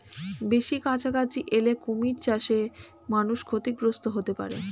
বেশি কাছাকাছি এলে কুমির চাষে মানুষ ক্ষতিগ্রস্ত হতে পারে